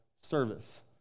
service